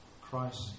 Christ